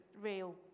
real